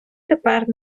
тепер